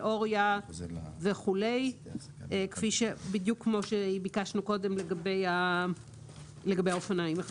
תיאוריה וכולי כמו שביקשנו קודם לגבי האופניים.